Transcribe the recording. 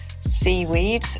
seaweed